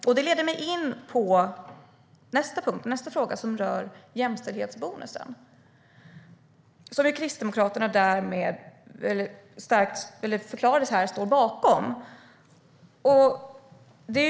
Detta leder mig in på nästa fråga, som rör jämställdhetsbonusen, som Kristdemokraterna här förklarade att man står bakom.